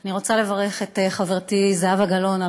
אני רוצה לברך את חברתי זהבה גלאון על